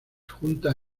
junta